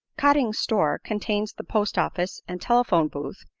cotting's store contains the postoffice and telephone booth,